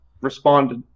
responded